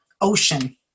ocean